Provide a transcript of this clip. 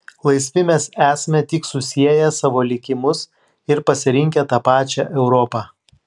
laisvi mes esame tik susieję savo likimus ir pasirinkę tą pačią europą